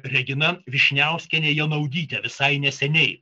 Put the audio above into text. regina vyšniauskienė janaudytė visai neseniai